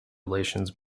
relations